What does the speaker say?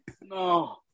No